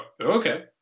okay